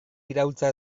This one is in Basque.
iraultza